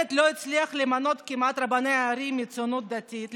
בנט כמעט לא הצליח למנות רבני ערים מהציונות הדתית,